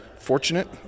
fortunate